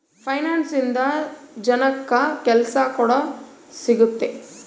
finance ಇಂದ ಜನಕ್ಕಾ ಕೆಲ್ಸ ಕೂಡ ಸಿಗುತ್ತೆ